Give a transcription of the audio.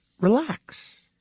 relax